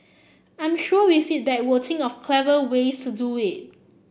I'm sure with feedback we'll think of clever ways to do it